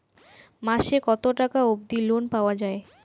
মাসে কত টাকা অবধি লোন পাওয়া য়ায়?